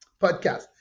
podcast